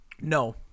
No